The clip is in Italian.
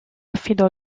affidò